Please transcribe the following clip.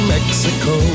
Mexico